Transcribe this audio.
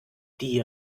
die